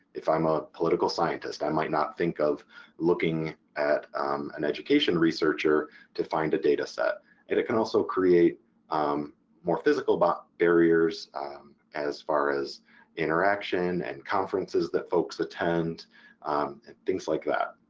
if i'm a political scientist, i might not think of looking at an education researcher to find a data set. and it can also create more physical but barriers as far as interaction and conferences that folks attend and things like that.